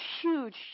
huge